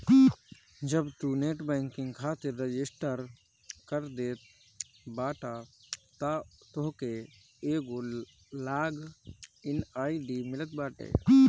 जब तू net banking खातिर रजिस्टर कर देत बाटअ तअ तोहके एगो लॉग इन आई.डी मिलत बाटे